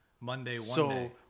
Monday